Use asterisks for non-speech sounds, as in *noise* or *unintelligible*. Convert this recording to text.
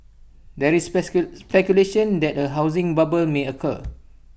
there is *unintelligible* speculation that A housing bubble may occur